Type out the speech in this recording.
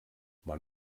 man